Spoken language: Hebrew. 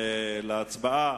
אנחנו עוברים להצבעה.